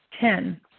Ten